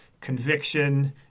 conviction